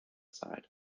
sighed